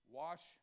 wash